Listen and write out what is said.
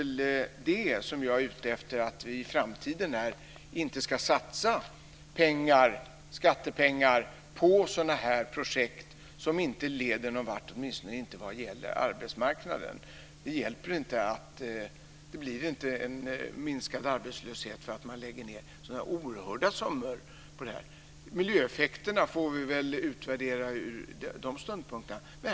Vad jag är ute efter är att vi i framtiden inte ska satsa skattepengar på sådana här projekt som inte leder någonvart, åtminstone inte vad gäller arbetsmarknaden. Det hjälper inte; det blir inte en minskad arbetslöshet därför att man lägger oerhörda summor på det här. Miljöeffekterna får vi väl utvärdera från den synpunkten.